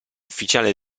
ufficiale